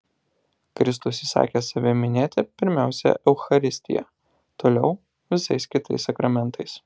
kristus įsakė save minėti pirmiausia eucharistija toliau visais kitais sakramentais